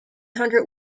hundred